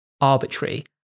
arbitrary